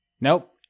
Nope